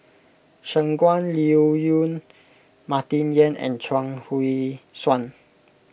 Shangguan Liuyun Martin Yan and Chuang Hui Tsuan